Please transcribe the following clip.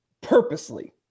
purposely